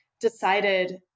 decided